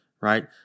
right